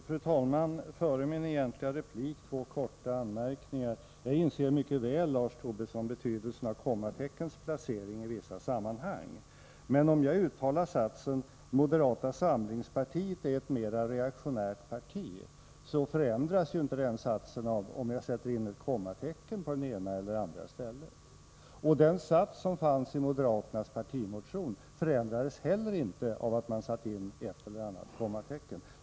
Fru talman! Före min egentliga replik två korta anmärkningar. Jag inser mycket väl, Lars Tobisson, betydelsen av kommateckens placering i vissa sammanhang. Men om jag uttalar satsen ”moderata samlingspartiet är ett mera reaktionärt parti”, förändras ju inte den satsen av om jag sätter in ett kommatecken på det ena eller andra stället. Och den sats som finns i moderaternas partimotion förändrades heller inte av att man satt in ett eller annat kommatecken.